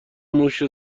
موش